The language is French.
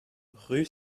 rue